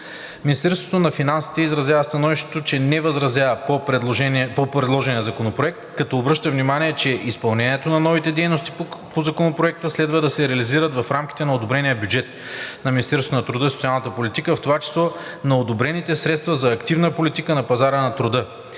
Министерството на финансите не възразява по предложения законопроект, като обръща внимание, че изпълнението на новите дейности по Законопроекта следва да се реализират в рамките на одобрения бюджет на Министерството на труда и социалната политика, в това число на одобрените средства за активна политика на пазара на труда.